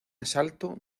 asalto